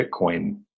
Bitcoin